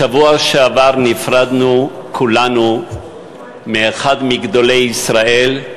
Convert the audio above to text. בשבוע שעבר נפרדנו כולנו מאחד מגדולי ישראל,